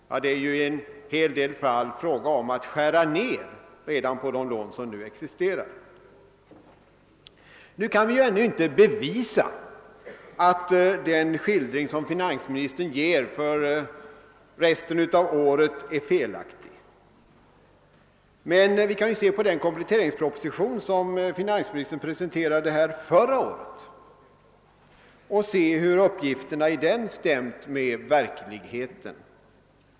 Det är i en del fall t.o.m. fråga om att skära ned de lån som redan existerar. Nu kan vi ändå inte bevisa att den skildring som finansministern. ger för resten av året är felaktig, men vi kan se hur uppgifterna i den kompletteringsproposition som finansministern presenterade förra året stämmer med verkligheten.